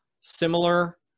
similar